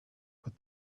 but